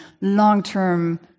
long-term